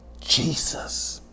Jesus